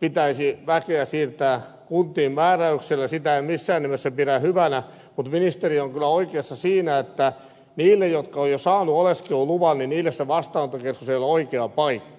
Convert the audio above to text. pitäisi väkeä siirtää kuntiin määräyksellä sitä en missään nimessä pidä hyvänä mutta ministeri on kyllä oikeassa siinä että niille jotka ovat jo saaneet oleskeluluvan se vastaanottokeskus ei ole oikea paikka